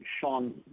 Sean